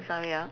sorry ah